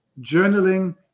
journaling